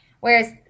Whereas